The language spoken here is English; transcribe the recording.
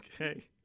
Okay